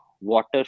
water